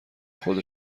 خود